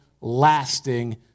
lasting